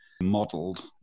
modeled